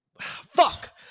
Fuck